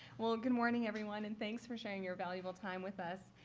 well, good morning everyone. and thanks for sharing your valuable time with us.